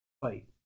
fight